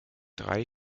drei